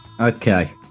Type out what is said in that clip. Okay